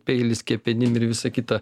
peilis kepenim ir visa kita